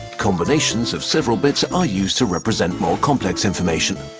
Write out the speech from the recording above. combinations of several bits are used to represent more complex information.